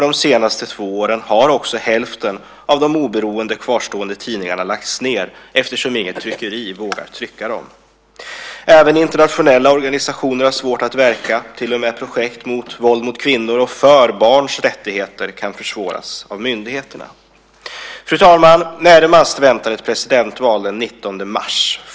De senaste två åren har också hälften av de oberoende kvarstående tidningarna lagts ned eftersom inget tryckeri vågar trycka dem. Även internationella organisationer har svårt att verka. Till och med projekt mot våld mot kvinnor och för barns rättigheter kan försvåras av myndigheterna. Fru talman! Närmast väntar ett presidentval den 19 mars.